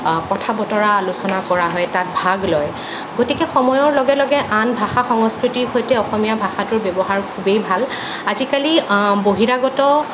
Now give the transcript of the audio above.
কথা বতৰা আলোচনা কৰা হয় তাত ভাগ লয় গতিকে সময়ৰ লগে লগে আন ভাষা সংস্কৃতিৰ সৈতে অসমীয়া ভাষাটোৰ ব্যৱহাৰ খুবেই ভাল আজিকালি বহিৰাগত